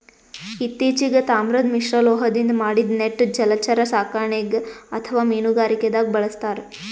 ಇತ್ತಿಚೀಗ್ ತಾಮ್ರದ್ ಮಿಶ್ರಲೋಹದಿಂದ್ ಮಾಡಿದ್ದ್ ನೆಟ್ ಜಲಚರ ಸಾಕಣೆಗ್ ಅಥವಾ ಮೀನುಗಾರಿಕೆದಾಗ್ ಬಳಸ್ತಾರ್